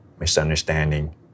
Misunderstanding